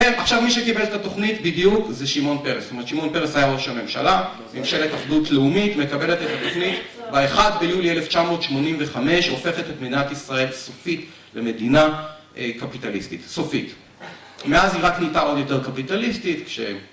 עכשיו מי שקיבל את התוכנית בדיוק זה שמעון פרס, זאת אומרת שמעון פרס היה ראש הממשלה ממשלה אחדות לאומית מקבלת את התוכנית באחת ביולי 1985 הופכת את מדינת ישראל סופית למדינה קפיטליסטית, סופית. מאז היא רק נהייתה עוד יותר קפיטליסטית כש...